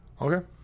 Okay